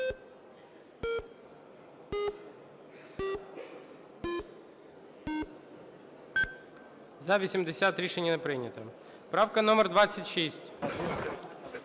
За – 87. Рішення не прийнято. Правка номер 25,